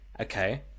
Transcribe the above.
okay